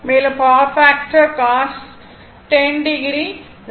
மேலும் power factor cos 10o 0